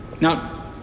Now